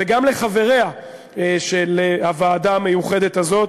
וגם לחבריה של הוועדה המיוחדת הזאת,